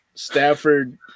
Stafford